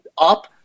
up